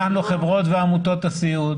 אנחנו חברות ועמותות הסיעוד,